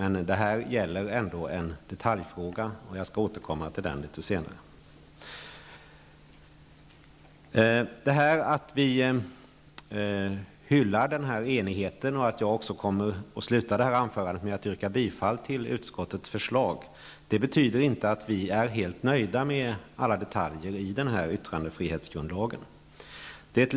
Men det är trots allt fråga om en detalj, och jag skall återkomma till den litet senare. Vi i vänsterpartiet hyllar denna enighet, och jag kommer att avsluta mitt anförande med att yrka bifall till utskottets förslag, men det innebär inte att vi är helt nöjda med alla detaljer i förslaget till ny yttrandefrihetsgrundlag.